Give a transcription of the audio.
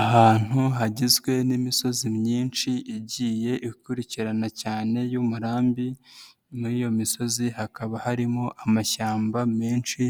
Ahantu hagizwe n'imisozi myinshi igiye ikurikirana cyane y'umurambi, muri iyo misozi hakaba harimo amashyamba menshi